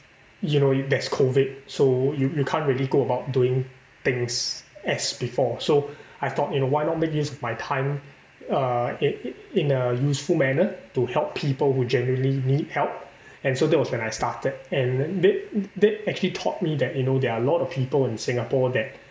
you know there's COVID so you you can't really go about doing things as before so I thought you know why not make use of my time uh in in a useful manner to help people who generally need help and so that was when I started and that that actually taught me that you know there are a lot of people in Singapore that